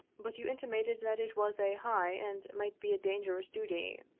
but you intimated that it was a high and might be a dangerous duty.